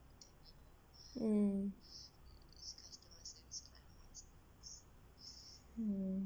mm